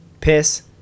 piss